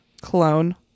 clone